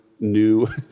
new